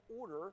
order